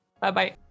Bye-bye